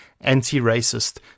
anti-racist